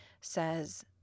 says